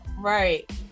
right